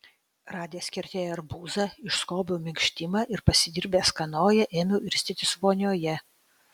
radęs kertėje arbūzą išskobiau minkštimą ir pasidirbęs kanoją ėmiau irstytis vonioje